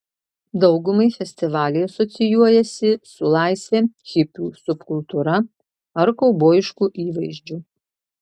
daugumai festivaliai asocijuojasi su laisve hipių subkultūra ar kaubojišku įvaizdžiu